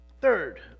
Third